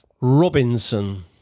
Robinson